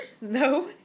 No